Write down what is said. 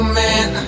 man